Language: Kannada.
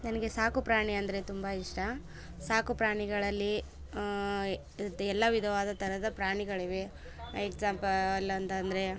ನನಗೆ ಸಾಕುಪ್ರಾಣಿ ಅಂದರೆ ತುಂಬ ಇಷ್ಟ ಸಾಕುಪ್ರಾಣಿಗಳಲ್ಲಿ ಎಲ್ಲ ವಿಧವಾದ ಥರದ ಪ್ರಾಣಿಗಳಿವೆ ಎಕ್ಸಾಂಪಲ್ ಅಂತಂದರೆ